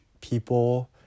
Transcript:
people